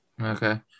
Okay